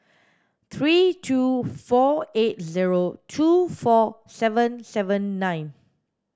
three two four eight zero two four seven seven nine